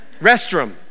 restroom